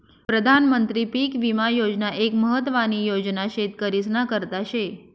प्रधानमंत्री पीक विमा योजना एक महत्वानी योजना शेतकरीस्ना करता शे